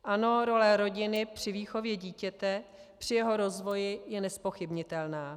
Ano, role rodiny při výchově dítěte, při jeho rozvoji je nezpochybnitelná.